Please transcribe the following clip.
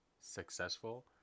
successful